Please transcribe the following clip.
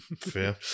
fair